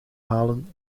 halen